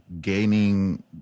gaining